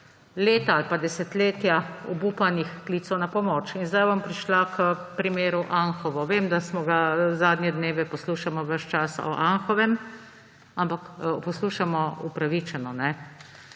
leta ali pa desetletja obupanih klicev na pomoč. In zdaj bom prišla k primeru Anhovo. Vem, da zadnje dneve poslušamo ves čas o Anhovem, ampak poslušamo upravičeno